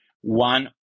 one